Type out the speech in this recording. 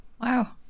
wow